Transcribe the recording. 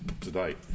today